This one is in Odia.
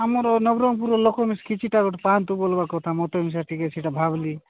ଆମର ନବରଙ୍ଗପୁରର ଲୋକ ମିିଶି କିଛିଟା ଗୋଟେ ପାଆନ୍ତୁ କହିବା କଥା ମୁଁ ସେଇଟା ଟିକେ ଭାବିଲି